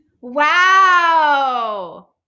Wow